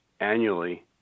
annually